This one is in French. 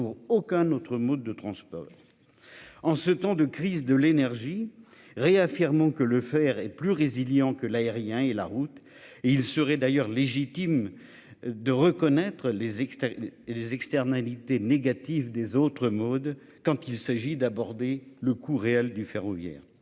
En ce temps de crise de l'énergie, réaffirmant que le faire et plus résiliant que l'aérien et la route et il serait d'ailleurs légitime de reconnaître les experts et les externalités négatives des autres modes quand il s'agit d'aborder le coût réel du ferroviaire.